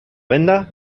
venda